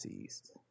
East